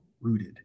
rooted